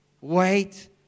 Wait